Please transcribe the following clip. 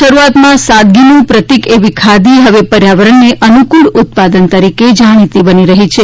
શરૂઆતમાં સાદગીનું પ્રતિક એવી ખાદી હવે પર્યાવરણને અનુકૂળ ઉત્પાદન તરીકે જાણીતી બની રહી છે